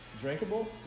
drinkable